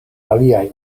aliaj